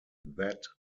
that